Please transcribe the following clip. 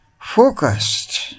focused